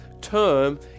term